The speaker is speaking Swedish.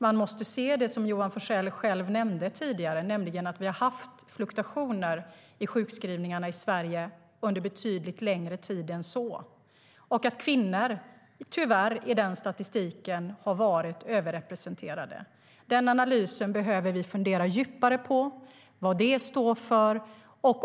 Man måste se det som Johan Forssell själv nämnde tidigare, nämligen att vi har haft fluktuationer i sjukskrivningarna under betydligt längre tid än så och att kvinnor i den statistiken tyvärr varit överrepresenterade. När det gäller den analysen behöver vi fundera djupare på vad det står för.